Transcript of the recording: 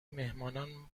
میهمانان